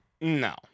No